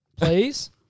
Please